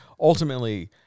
ultimately